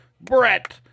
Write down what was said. Brett